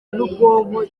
n’ubwonko